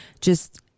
just-